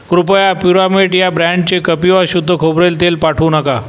कृपया प्युरामेट या ब्रँडचे कपिवा शुद्ध खोबरेल तेल पाठवू नका